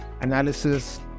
analysis